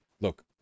look